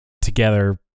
together